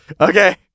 Okay